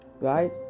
right